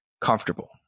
comfortable